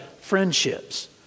friendships